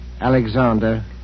Alexander